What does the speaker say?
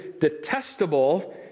detestable